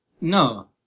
No